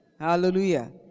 Hallelujah